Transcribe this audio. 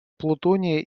плутония